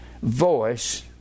voice